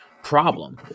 problem